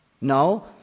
No